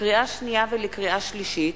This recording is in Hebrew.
לקריאה שנייה ולקריאה שלישית: